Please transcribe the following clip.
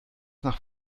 nach